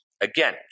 Again